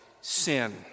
sin